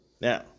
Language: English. Now